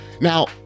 Now